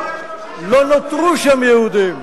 לא נותרו שם יהודים.